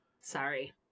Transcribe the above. Sorry